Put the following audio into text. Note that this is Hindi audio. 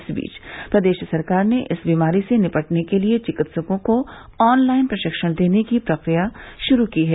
इस बीच प्रदेश सरकार ने इस बीमारी से निपटने के लिये चिकित्सकों को ऑनलाइन प्रशिक्षण देने की प्रक्रिया शुरू की है